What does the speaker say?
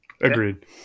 agreed